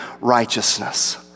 righteousness